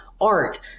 art